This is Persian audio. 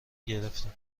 گرفتیم